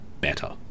better